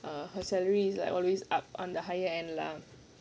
err her salary is like always up on the higher end lah